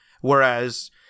Whereas